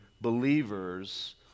believers